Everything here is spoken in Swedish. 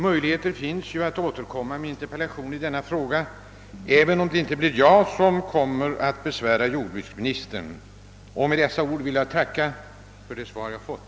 Möjligheter finns ju att återkomma med en interpellation i denna fråga, även om det inte blir jag som då kommer att besvära jordbruksministern. Med dessa ord vill jag tacka för det svar jag fått.